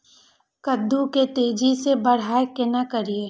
कद्दू के तेजी से बड़ा केना करिए?